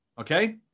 okay